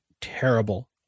terrible